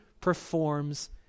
performs